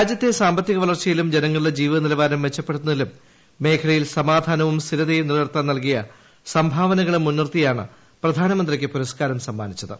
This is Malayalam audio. രാജ്യത്തെ സാമ്പത്തിക വളർച്ചയിലും ജനങ്ങളുടെ ജീവിതനിലവാരം മെച്ചപ്പെടുത്തുന്നതിലും മേഖലയിൽ സമാധാനവും സ്ഥിരതയും നിലനിർത്താൻ നൽകിയ സംഭാവനകളും മുൻനിർത്തിയാണ് പ്രധാനമന്ത്രിക്ക് പുരസ്ക്കാരം സമ്മാനിച്ചത്